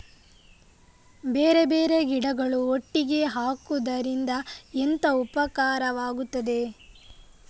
ಬೇರೆ ಬೇರೆ ಗಿಡಗಳು ಒಟ್ಟಿಗೆ ಹಾಕುದರಿಂದ ಎಂತ ಉಪಕಾರವಾಗುತ್ತದೆ?